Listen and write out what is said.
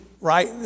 right